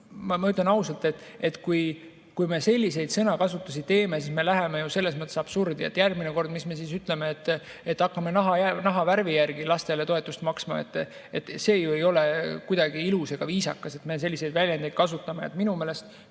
ma ütlen ausalt, et kui me selliseid sõnakasutusi teeme, siis me läheme selles mõttes absurdi, et mida me siis järgmine kord ütleme? Et hakkame nahavärvi järgi lastele toetust maksma? See ei ole kuidagi ilus ega viisakas, kui me selliseid väljendeid kasutame. Minu meelest